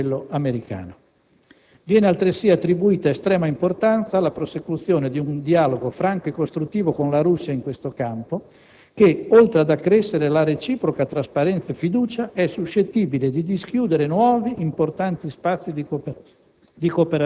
tra cui quello americano. In terzo luogo, viene, altresì, attribuita estrema importanza alla prosecuzione di un dialogo franco e costruttivo con la Russia in questo campo, dialogo che, oltre ad accrescere la reciproca trasparenza e fiducia, è suscettibile di dischiudere nuovi, importanti spazi di cooperazione,